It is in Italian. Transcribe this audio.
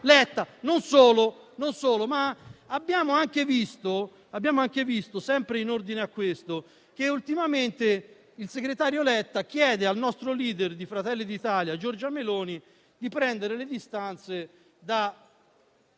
non solo. Abbiamo anche visto - sempre in ordine a questo tema - che ultimamente il segretario Letta chiede al nostro *leader* di Fratelli d'Italia Giorgia Meloni di prendere le distanze da